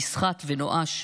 נסחט ונואש,